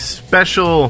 special